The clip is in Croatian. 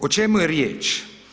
O čemu je riječ?